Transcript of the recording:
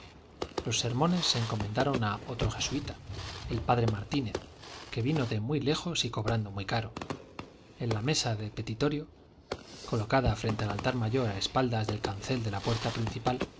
los sermones se encomendaron a otro jesuita el padre martínez que vino de muy lejos y cobrando muy caro en la mesa de petitorio colocada frente al altar mayor a espaldas del cancel de la puerta principal